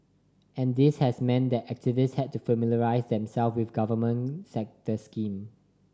and this has meant that activists had to familiarise themselves with government set the scheme